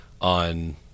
on